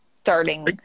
starting